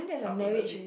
supposedly